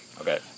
Okay